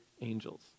angels